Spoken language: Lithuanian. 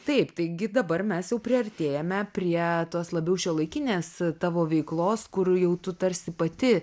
taip taigi dabar mes jau priartėjome prie tos labiau šiuolaikinės tavo veiklos kur jau tu tarsi pati